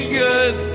good